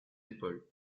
épaules